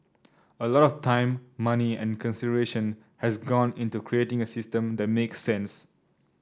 a lot of time money and consideration has gone into creating a system that make sense